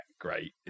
great